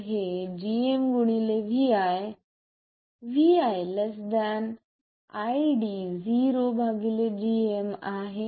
तर हे gm vi vi ≤ ID0 gm आहे